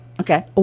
Okay